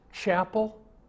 chapel